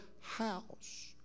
house